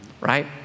right